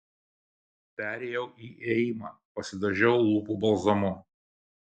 perėjau į ėjimą pasidažiau lūpų balzamu